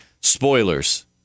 spoilers